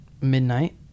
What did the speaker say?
midnight